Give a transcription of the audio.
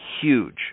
huge